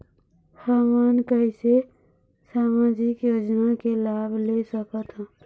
हमन कैसे सामाजिक योजना के लाभ ले सकथन?